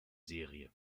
serie